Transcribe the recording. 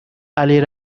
ali